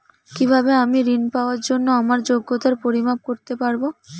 কিভাবে আমি ঋন পাওয়ার জন্য আমার যোগ্যতার পরিমাপ করতে পারব?